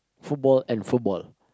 football and football